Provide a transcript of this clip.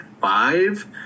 five